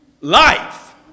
life